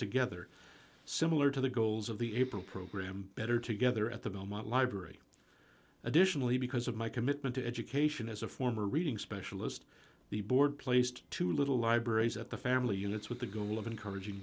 together similar to the goals of the april program better together at the belmont library additionally because of my commitment to education as a former reading specialist the board placed two little libraries at the family units with the goal of encouraging